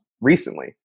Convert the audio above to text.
recently